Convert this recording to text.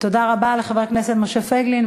תודה רבה לחבר הכנסת משה פייגלין.